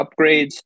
upgrades